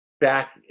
back